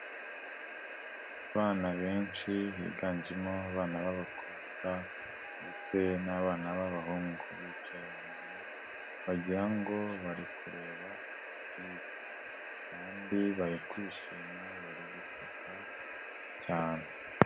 Abana benshi higanjemo abana b'abakobwa ndetse n'abana b'abahungu. Bicaye ahantu bagira ngo bari kureba umupira. Kandi bari kwishima, bari guseka cyane.